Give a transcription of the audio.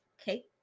Okay